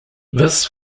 this